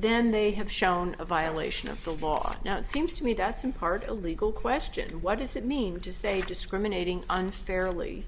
then they have shown a violation of the law now it seems to me that's in part a legal westin what does it mean to say discriminating unfairly